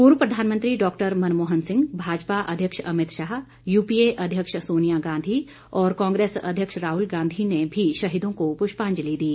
पूर्व प्रधानमंत्री डॉक्टर मनमोहन सिंह भाजपा अध्यक्ष Amit Shah U P A अध्यक्ष सोनिया गांधी और कांग्रेस अध्यक्ष राहुल गांधी ने भी शहीदों को पुष्पांजलि दी